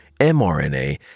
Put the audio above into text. mRNA